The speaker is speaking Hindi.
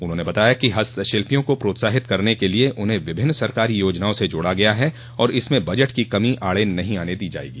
उन्होंने कहा कि हस्तशिल्पियों को प्रोत्साहित करने के लिए उन्हें विभिन्न सरकारी योजनाओं से जोड़ा गया ह और इसमें बजट की कमी आड़े नहीं आने दी जायेगी